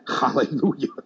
Hallelujah